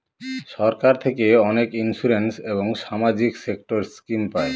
সরকার থেকে অনেক ইন্সুরেন্স এবং সামাজিক সেক্টর স্কিম পায়